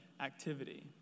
activity